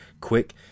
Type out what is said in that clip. quick